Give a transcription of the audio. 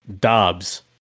Dobbs